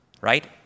right